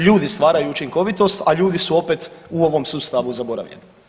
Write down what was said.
Ljudi stvaraju učinkovitost, a ljudi su opet u ovom sustavu zaboravljeni.